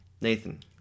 Nathan